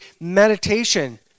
meditation